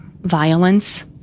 violence